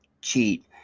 cheat